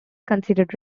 considered